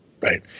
right